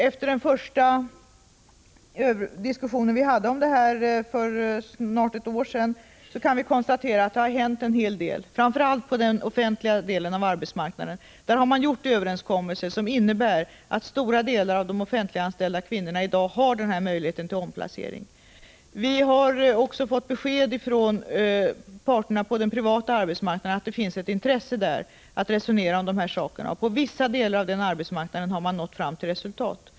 Vi kan nu konstatera att det efter den första diskussionen för snart ett år sedan har hänt en hel del, framför allt på den offentliga delen av arbetsmarknaden. Där har man träffat överenskommelser som innebär att stora delar av de offentliganställda kvinnorna i dag har denna möjlighet till omplacering. Vi har också från parterna på den privata arbetsmarknaden fått besked om att man där har ett intresse av att diskutera den här frågan. På vissa delar av den privata arbetsmarknaden har man också nått fram till resultat.